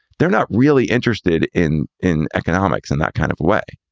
they're not really interested in in economics and that kind of way.